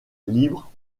libre